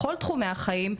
בכל תחומי החיים,